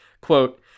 quote